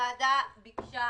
שהוועדה ביקשה